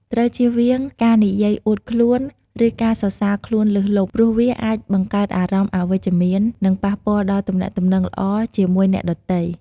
ត្រូវជៀសវាងការនិយាយអួតខ្លួន ឬការសរសើរខ្លួនលើសលប់ ព្រោះវាអាចបង្កើតអារម្មណ៍អវិជ្ជមាន និងប៉ះពាល់ដល់ទំនាក់ទំនងល្អជាមួយអ្នកដទៃ។